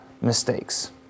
mistakes